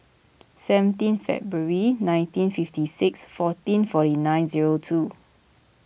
seventeen February nineteen fifty six fourteen forty nine zero two